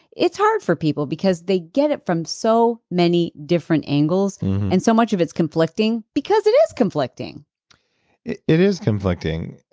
it's hard for people because they get it from so many different angles and so much of it's conflicting because it is conflicting it it is conflicting.